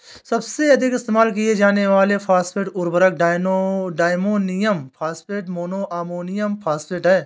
सबसे अधिक इस्तेमाल किए जाने वाले फॉस्फेट उर्वरक diammonium phosphate, mono ammonium phosphate हैं